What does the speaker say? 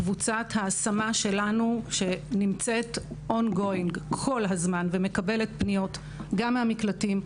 מקבוצת ההשמה שלנו שנמצאת כל הזמן בעשייה ומקבלת פניות גם מהמקלטים,